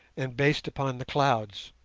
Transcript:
and based upon the clouds.